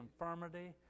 infirmity